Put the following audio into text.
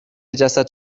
جسد